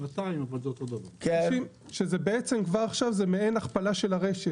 שזה בעצם כבר עכשיו,